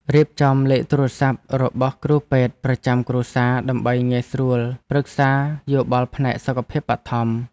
រៀបចំលេខទូរស័ព្ទរបស់គ្រូពេទ្យប្រចាំគ្រួសារដើម្បីងាយស្រួលប្រឹក្សាយោបល់ផ្នែកសុខភាពបឋម។